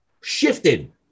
shifted